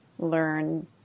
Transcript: learn